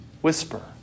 whisper